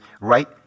right